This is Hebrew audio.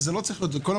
שזה לא צריך להיות כך.